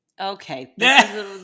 Okay